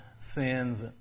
sins